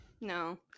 No